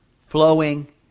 flowing